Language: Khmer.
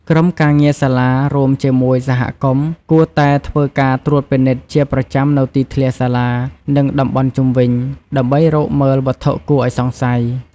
ក្រុមការងារសាលា រួមជាមួយសហគមន៍ គួរតែធ្វើការត្រួតពិនិត្យជាប្រចាំនូវទីធ្លាសាលា និងតំបន់ជុំវិញ ដើម្បីរកមើលវត្ថុគួរឱ្យសង្ស័យ។